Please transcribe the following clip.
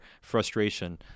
frustration